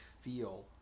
feel